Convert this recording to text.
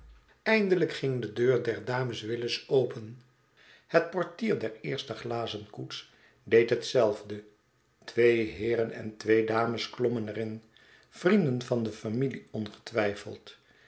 eindelijk ging de deur der dames willis open het portier der eerste glazen koets deed hetzelfde twee heeren en twee dames klommen er in vrienden van de familie ongetwijfeld